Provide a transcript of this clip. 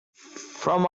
from